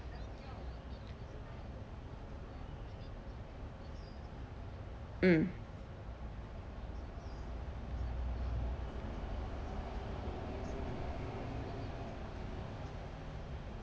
mm